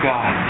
God